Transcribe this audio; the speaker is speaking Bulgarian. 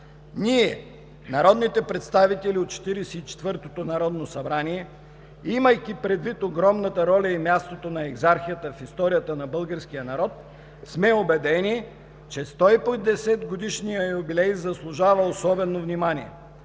Ние, народните представители от Четиридесет и четвъртото народно събрание, имайки предвид огромната роля и място на Екзархията в историята на българския народ, сме убедени, че 150-годишният юбилей заслужава особено внимание,